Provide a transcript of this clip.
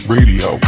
Radio